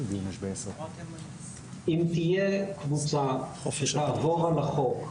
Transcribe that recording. אם תהיה קבוצה שתעבור על החוק,